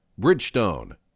Bridgestone